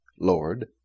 Lord